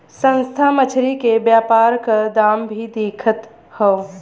संस्था मछरी के व्यापार क काम भी देखत हौ